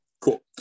cool